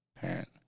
parent